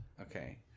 Okay